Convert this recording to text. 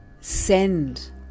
send